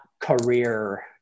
career